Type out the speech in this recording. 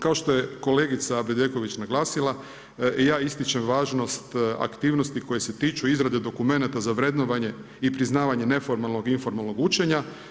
Kao što je kolegica Bedeković naglasila, ja ističem važnost aktivnosti koje se tiču izrade dokumenata za vrednovanje i priznavanje neformalnog i informalnog učenja.